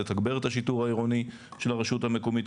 לתגבר את השיטור העירוני של הרשות המקומית,